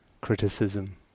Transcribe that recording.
criticism